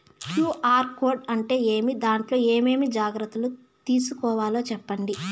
QR code అంటే ఏమి? దాంట్లో ఏ ఏమేమి జాగ్రత్తలు తీసుకోవాలో సెప్పండి?